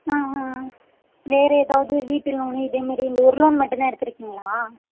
ஆ ஆ ஆ வேற ஏதாவது வீட்டு லோனு இதே மாரி இந்த ஒரு லோன் மட்டுந்தான் எடுத்துருக்கீங்களா